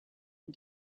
and